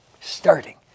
starting